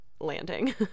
landing